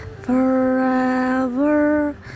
forever